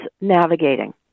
navigating